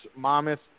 Mammoth